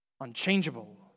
unchangeable